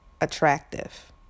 attractive